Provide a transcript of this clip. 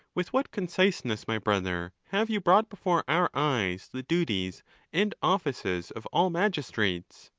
with what conciseness, my brother, have you brought before our eyes the duties and offices of all magis trates!